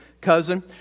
cousin